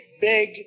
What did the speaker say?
big